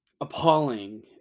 appalling